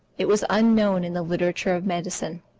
it was unknown in the literature of medicine.